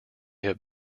have